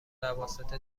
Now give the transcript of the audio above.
اواسط